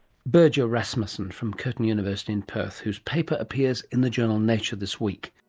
birger rasmussen from curtin university in perth, whose paper appears in the journal nature this week